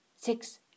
six